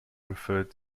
referred